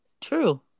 true